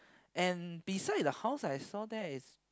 and beside the house I saw there is